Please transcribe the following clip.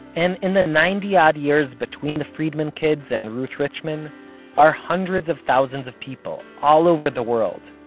and in the ninety odd years between the friedman kids and ruth richman are hundreds of thousands of people, all over the world,